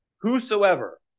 Whosoever